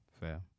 Fair